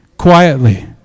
quietly